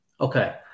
okay